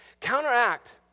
Counteract